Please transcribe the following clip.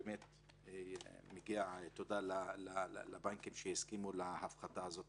מגיעה תודה לבנקים שהסכימו להפחתה הזאת